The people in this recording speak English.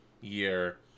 year